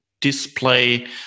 display